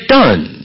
done